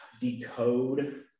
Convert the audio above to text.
decode